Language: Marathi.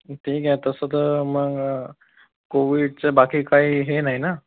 ठीक आहे तसं त मग कोविडचं बाकी काही हे नाही ना